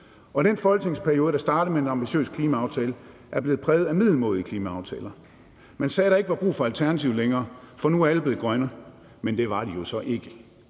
og den folketingsperiode, der startede med en ambitiøs klimaaftale, er blevet præget af middelmådige klimaaftaler. Man sagde, at der ikke var brug for Alternativet længere, for nu var alle blevet grønne, men det var de jo så ikke.